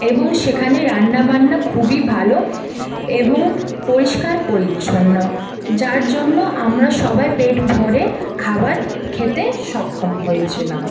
এবং সেখানে রান্না বান্না খুবই ভালো এবং পরিষ্কার পরিছন্ন যার জন্য আমরা সবাই পেট ভরে খাবার খেতে সক্ষম হয়েছিলাম